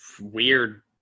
weird